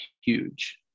huge